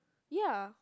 ya